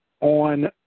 on